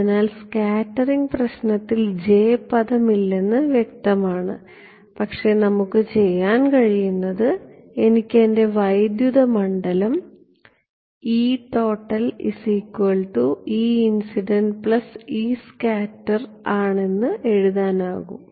അതിനാൽ സ്കാറ്ററിംഗ് പ്രശ്നത്തിൽ J പദം ഇല്ലെന്ന് വ്യക്തമാണ് പക്ഷേ നമുക്ക് ചെയ്യാൻ കഴിയുന്നത് എനിക്ക് എന്റെ വൈദ്യുത മണ്ഡലം ആണെന്ന് എഴുതാൻ കഴിയും